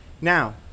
now